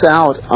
out